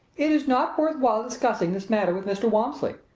it is not worth while discussing this matter with mr. walmsley.